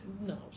No